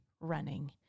running